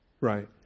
Right